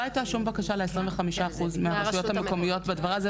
לא הייתה שום בקשה ל-25% מהרשויות המקומיות בדבר הזה.